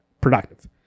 productive